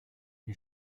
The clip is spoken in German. die